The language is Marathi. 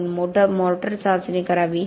आपण मोटर चाचणी करावी